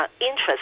interest